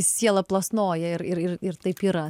siela plasnoja ir ir ir taip yra